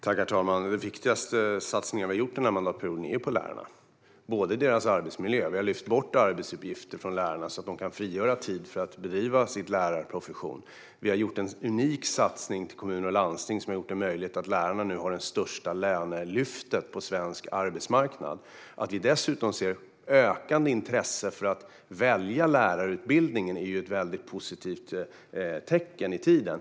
Herr talman! Den viktigaste satsning vi har gjort den här mandatperioden är den på lärarna. Den gäller bland annat deras arbetsmiljö. Vi har lyft bort arbetsuppgifter från lärarna så att de kan frigöra tid för att bedriva sin lärarprofession. Vi har gjort en unik satsning på kommuner och landsting som har gjort att lärarna nu har fått det största lönelyftet på svensk arbetsmarknad. Att vi dessutom ser ett ökande intresse för att välja lärarutbildningen är ett väldigt positivt tecken i tiden.